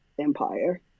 empire